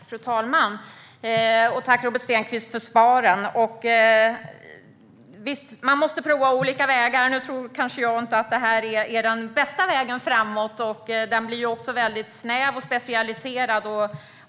Fru talman! Tack för svaren, Robert Stenkvist! Visst måste vi prova olika vägar. Men jag tror kanske inte att det här är den bästa vägen framåt. Den blir väldigt snäv och specialiserad.